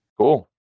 Cool